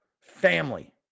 family